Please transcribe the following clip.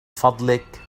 فضلك